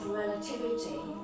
relativity